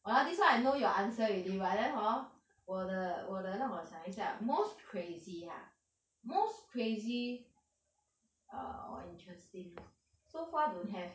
!walao! this [one] I know your answer already but then hor 我的我的让我想一下 most crazy ah most crazy err or interesting so far don't have